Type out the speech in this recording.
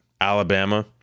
Alabama